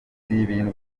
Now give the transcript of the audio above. ibintu